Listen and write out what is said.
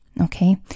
Okay